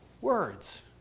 words